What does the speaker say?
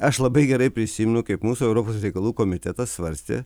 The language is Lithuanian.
aš labai gerai prisimenu kaip mūsų europos reikalų komitetas svarstė